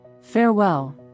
Farewell